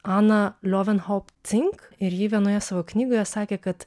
aną liovenhop cink ir jį vienoje savo knygoje sakė kad